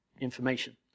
information